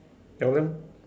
tell them